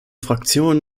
fraktion